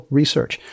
Research